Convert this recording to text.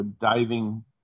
diving